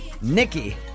Nikki